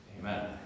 Amen